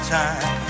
time